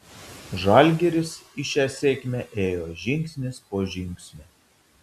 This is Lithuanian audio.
žalgiris į šią sėkmę ėjo žingsnis po žingsnio